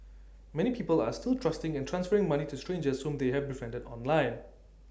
many people are still trusting and transferring money to strangers whom they have befriended online